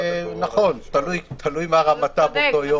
נכון, תלוי מה רמתה באותו יום.